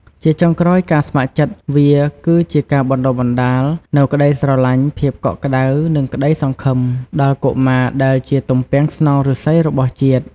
ជាចុងក្រោយការស្ម័គ្រចិត្តវាគឺជាការបណ្ដុះបណ្ដាលនូវក្ដីស្រឡាញ់ ភាពកក់ក្ដៅ និងក្ដីសង្ឃឹម ដល់កុមារដែលជាទំពាំងស្នងឫស្សីរបស់ជាតិ។